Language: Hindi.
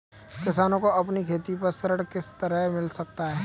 किसानों को अपनी खेती पर ऋण किस तरह मिल सकता है?